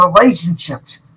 relationships